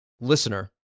listener